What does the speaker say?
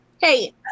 Hey